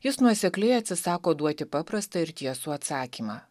jis nuosekliai atsisako duoti paprastą ir tiesų atsakymą